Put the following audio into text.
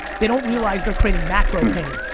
they don't realize they're creating macro pain.